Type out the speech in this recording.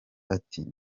ati